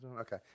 okay